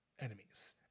enemies